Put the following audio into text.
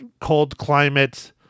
cold-climate